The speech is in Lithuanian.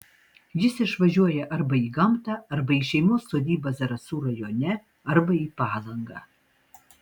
jis išvažiuoja arba į gamtą arba į šeimos sodybą zarasų rajone arba į palangą